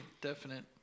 definite